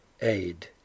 Aid